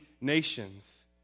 nations